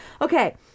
Okay